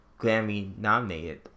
Grammy-nominated